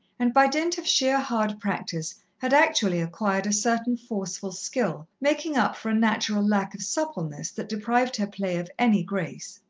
and by dint of sheer hard practice had actually acquired a certain forceful skill, making up for a natural lack of suppleness that deprived her play of any grace.